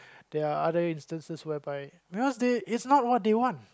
there are other instances where by because they it's not what they want